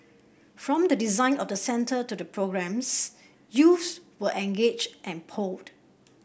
from the design of the centre to the programmes youths were engaged and polled